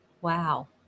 Wow